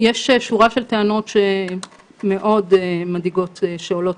יש שורה של טענות מאוד מדאיגות שעולות